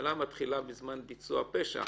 ההתחלה מתחילה מזמן ביצוע הפשע